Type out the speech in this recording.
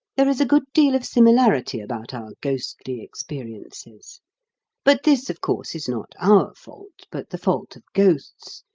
there is a good deal of similarity about our ghostly experiences but this of course is not our fault but the fault of ghosts,